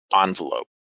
envelope